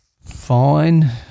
fine